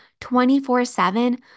24-7